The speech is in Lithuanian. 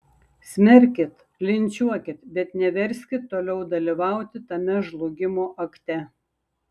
smerkit linčiuokit bet neverskit toliau dalyvauti tame žlugimo akte